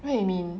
what you mean